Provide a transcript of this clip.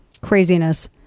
craziness